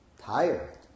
Tired